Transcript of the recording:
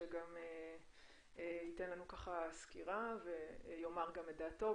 שייתן לנו סקירה ויאמר את דעתו.